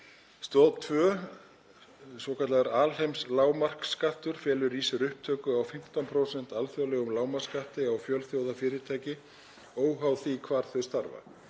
Stoð 2, svokallaður alheimslágmarksskattur, felur í sér upptöku á 15% alþjóðlegum lágmarksskatti á fjölþjóðafyrirtæki, óháð því hvar þau starfa.